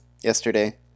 yesterday